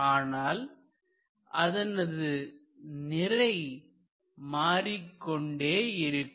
ஆனால் அதனது நிறை மாறிக்கொண்டே இருக்கும்